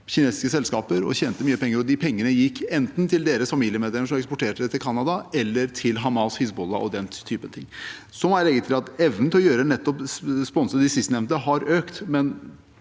kinesiske selskaper og tjente mye penger, og pengene gikk enten til deres familiemedlemmer som eksporterte dem til Canada, eller til Hamas, Hizbollah og den typen ting. Det betyr egentlig at evnen til å sponse de sistnevnte har økt, men